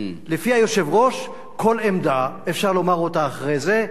לפי היושב-ראש, כל עמדה אפשר לומר אותה אחרי זה,